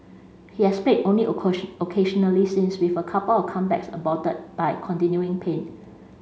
he has played only occasionally since with a couple of comebacks aborted by continuing pain